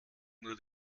nur